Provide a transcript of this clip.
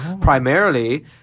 primarily